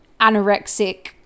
anorexic